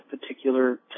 particular